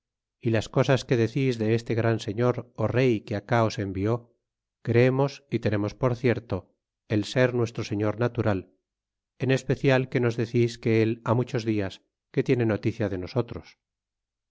y las cosas que decis de este gran señor rey que acá os envió creemos y tenemos por cierto el ser nuestro señor natural en especial que nos decis que a ha muchos dias que tiene noticia de nosotros